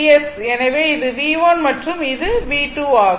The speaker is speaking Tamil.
எனவே இது V1 மற்றும் இது V2 ஆகும்